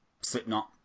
Slipknot